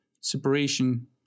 separation